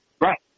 Right